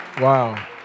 Wow